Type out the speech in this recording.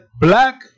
black